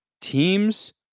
teams